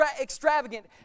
extravagant